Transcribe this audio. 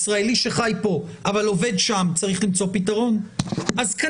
ישראלי שחי כאן אבל עובד שם,